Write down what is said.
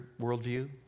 worldview